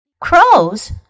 Crows